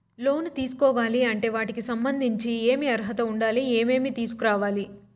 లోను తీసుకోవాలి అంటే వాటికి సంబంధించి ఏమి అర్హత ఉండాలి, ఏమేమి తీసుకురావాలి